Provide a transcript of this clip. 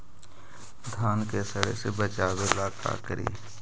धान के सड़े से बचाबे ला का करि?